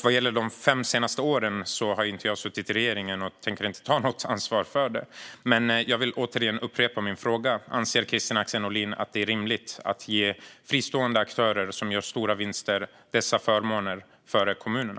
Vad gäller de fem senaste åren har jag inte suttit i regering, och jag tänker inte ta något ansvar för detta. Jag vill återigen upprepa min fråga: Anser Kristina Axén Olin att det är rimligt att ge fristående aktörer som gör stora vinster dessa förmåner framför kommunerna?